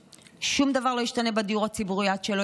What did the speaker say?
שום דבר לא ישתנה בדיור הציבורי עד שלא